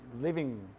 Living